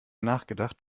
nachgedacht